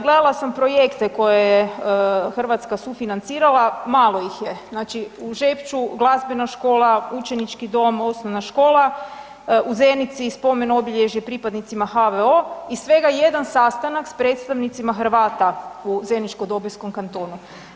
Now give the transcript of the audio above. Gledala sam projekte koje je Hrvatska sufinancirala, malo ih je, znači u Žepču glazbena škola, učenički dom, osnovna škola, u Zenici spomen obilježje pripadnicima HVO i svega jedan sastanak s predstavnicima Hrvata u zeničko-dobojskom kantonu.